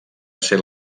ser